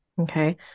okay